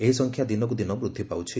ଏହି ସଂଖ୍ୟା ଦିନକୁ ଦିନ ବୃଦ୍ଧି ପାଉଛି